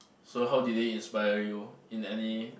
so how did they inspire you in any